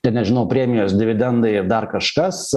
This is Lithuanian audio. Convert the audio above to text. ten nežinau premijos dividendai ir dar kažkas